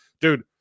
Dude